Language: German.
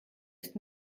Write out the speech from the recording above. ist